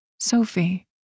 Sophie